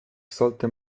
sollte